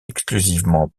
exclusivement